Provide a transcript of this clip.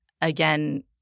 again